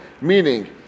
meaning